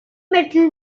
metal